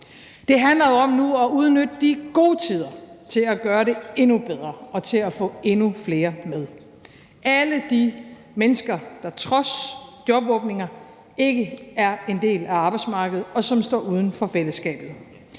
Det handler jo nu om at udnytte de gode tider til at gøre det endnu bedre og til at få endnu flere med: alle de mennesker, der trods jobåbninger ikke er en del af arbejdsmarkedet, og som står uden for fællesskabet.